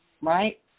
Right